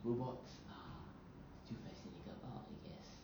robots are still fascinated about I guess